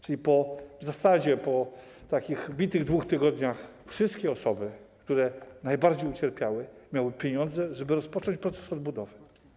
Czyli w zasadzie po bitych 2 tygodniach wszystkie osoby, które najbardziej ucierpiały, miały pieniądze, żeby rozpocząć proces odbudowy.